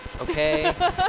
Okay